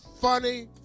funny